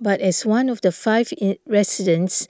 but as one of the five residents